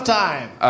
time